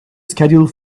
schedule